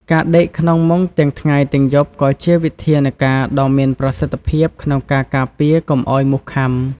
ការដេកក្នុងមុងទាំងថ្ងៃទាំងយប់ក៏ជាវិធានការដ៏មានប្រសិទ្ធភាពក្នុងការការពារកុំឲ្យមូសខាំ។